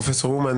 פרופ' אומן,